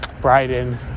Bryden